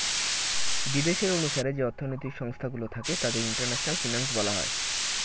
বিদেশের অনুসারে যে অর্থনৈতিক সংস্থা গুলো থাকে তাদের ইন্টারন্যাশনাল ফিনান্স বলা হয়